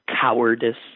cowardice